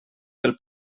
del